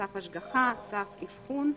צו השגחה, צו אבחון.